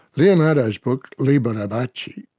leonardo's book, liber abaci,